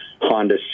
Honda